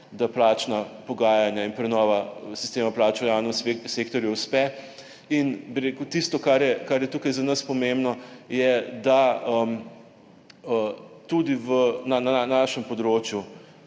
da plačna pogajanja in prenova sistema plač v javnem sektorju uspe. Tisto, kar je tukaj za nas pomembno, je, da tudi na našem področju,